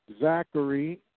Zachary